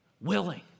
willing